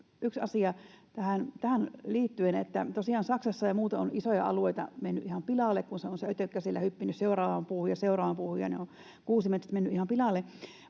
yksi asia tähän liittyen. Tosiaan Saksassa ja muuten on isoja alueita mennyt ihan pilalle, kun on se ötökkä siellä hyppinyt seuraavaan puuhun ja seuraavaan puuhun ja ovat kuusimetsät menneet ihan pilalle.